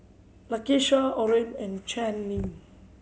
Lakesha Orene and Channing